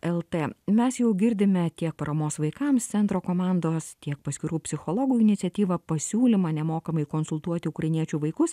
lt mes jau girdime tiek paramos vaikams centro komandos tiek paskirų psichologų iniciatyva pasiūlymą nemokamai konsultuoti ukrainiečių vaikus